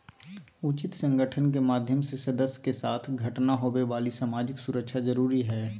उचित संगठन के माध्यम से सदस्य के साथ घटना होवे वाली सामाजिक सुरक्षा जरुरी हइ